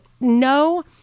no